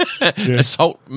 Assault